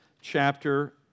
chapter